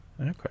Okay